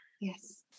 Yes